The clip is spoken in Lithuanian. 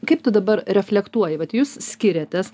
kaip tu dabar reflektuoji kad jūs skiriatės